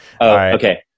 Okay